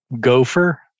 Gopher